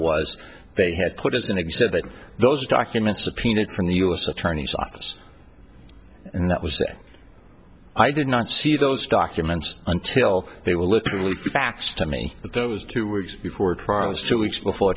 was they had put as an exhibit those documents subpoenaed from the u s attorney's office and that was that i did not see those documents until they were literally faxed to me those two weeks before trials two weeks before